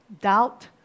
Doubt